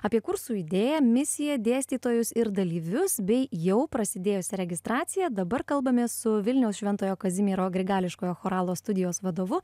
apie kursų idėją misiją dėstytojus ir dalyvius bei jau prasidėjusią registraciją dabar kalbamės su vilniaus šventojo kazimiero grigališkojo choralo studijos vadovu